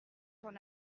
sont